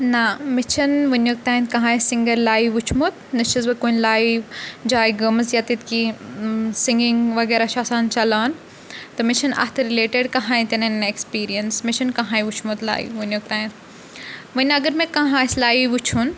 نہ مےٚ چھَنہٕ وٕنیُک تانۍ کٕہٕنۍ سِنٛگَر لایِو وٕچھمُت نہ چھَس بہٕ کُنہِ لایِو جایہِ گٔمٕژ یَتیٚتھ کینٛہہ سِنٛگِنٛگ وَغیرہ چھِ آسان چَلان تہٕ مےٚ چھنہٕ اَتھ رِلیٹِڈ کہٕنۍ تہِ نہٕ ایفکٕسپیٖریَنٕس مےٚ چھُنہٕ کاہٕنۍ وٕچھمُت لایِو وٕنیُک تانۍ وۄنۍ اگر مےٚ کانٛہہ آسہِ لایِو وٕچھُن